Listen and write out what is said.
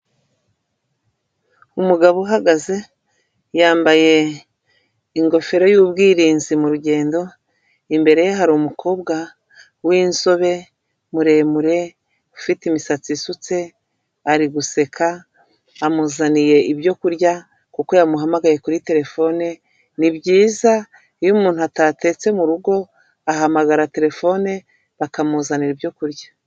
Umugabo uhagaze yambaye ingofero y'ubwirinzi mu rugendo imbere ye hari umukobwa w'insobe muremure ufite imisatsi isutse ari guseka, amuzaniye ibyo kurya kuko yamuhamagaye kuri terefone nibyiza iyo umuntu atatetse murugo ahamagara telefone bakamuzanira ibyokurya.